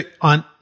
On